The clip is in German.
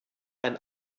ein